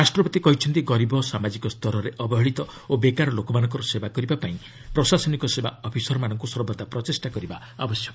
ରାଷ୍ଟ୍ରପତି କହିଛନ୍ତି ଗରିବ ସାମାଜିକ ସ୍ତରରେ ଅବହେଳିତ ଓ ବେକାର ଲୋକମାନଙ୍କର ସେବା କରିବାପାଇଁ ପ୍ରଶାସନିକ ସେବା ଅଫିସରମାନଙ୍କୁ ସର୍ବଦା ପ୍ରଚେଷ୍ଟା କରିବା ଆବଶ୍ୟକ